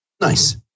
nice